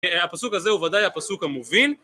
הפסוק הזה הוא ודאי הפסוק המוביל